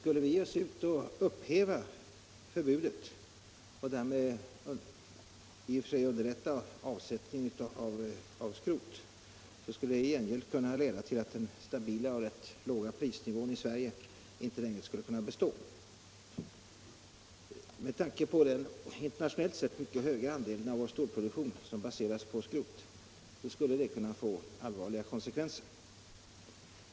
Skulle vi upphäva förbudet och därmed i och för sig underlätta avsättningen av skrot, skulle det i gengäld kunna leda till att den stabila och rätt låga prisnivån i Sverige inte längre skulle kunna bestå. Med tanke på den internationellt sett mycket höga andel av vår stålproduktion som baseras på skrot skulle detta kunna få allvarliga konsekvenser.